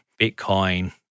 Bitcoin